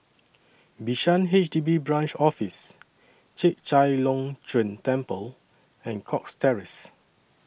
Bishan H D B Branch Office Chek Chai Long Chuen Temple and Cox Terrace